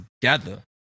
together